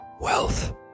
Wealth